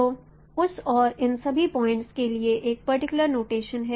तो उस और इन सभी पॉइंट्स के लिए एक पर्टिकुलर नोटेशं है